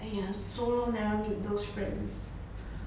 !aiya! so long never meet those friends